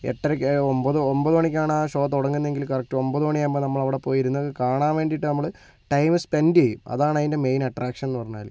എട്ടരയ്ക്ക് ഒൻപത് ഒൻപത് മണിക്കാണ് ആ ഷോ തുടങ്ങുന്നതെങ്കിൽ കറക്ട് ഒൻപത് മണിയാകുമ്പോൾ നമ്മൾ അവിടെ പോയിരുന്ന് കാണാൻ വേണ്ടിയിട്ട് നമ്മള് ടൈം സ്പെന്റ് ചെയ്യും അതാണ് അതിൻ്റെ മെയിൻ അട്രാക്ഷൻ എന്ന് പറഞ്ഞാൽ